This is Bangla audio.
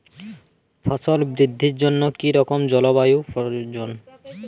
ফসল বৃদ্ধির জন্য কী রকম জলবায়ু প্রয়োজন?